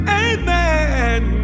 amen